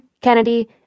Kennedy